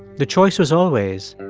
the choice was always,